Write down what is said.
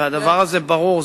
והדבר הזה ברור.